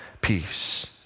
peace